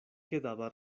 quedaba